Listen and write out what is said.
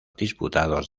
disputados